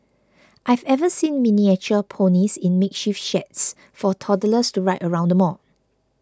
I've ever seen miniature ponies in makeshift sheds for toddlers to ride around the mall